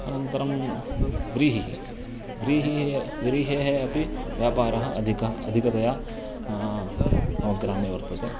अनन्तरं व्रीहिः व्रीहिः व्रिहेः अपि व्यापारः अधिकं अधिकतया मम ग्रामे वर्तते